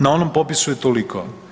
Na onom popisu je toliko.